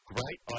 Great